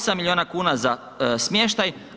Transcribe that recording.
8 milijuna kuna za smještaj.